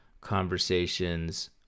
conversations